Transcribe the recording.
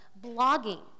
blogging